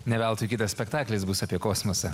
ne veltui kitas spektaklis bus apie kosmosą